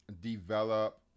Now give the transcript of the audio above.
develop